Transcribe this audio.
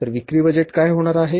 तर विक्री बजेट काय होणार आहे